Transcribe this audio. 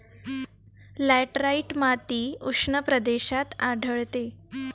laterite माती उष्ण प्रदेशात आढळते